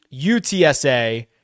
UTSA